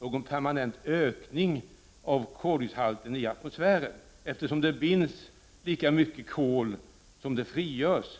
någon permanent ökning av koldioxidhalten i atmosfären, eftersom det binds lika mycket kol som det frigörs.